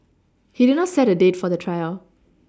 he did not set a date for the trial